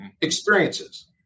experiences